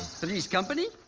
three's company?